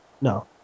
No